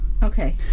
Okay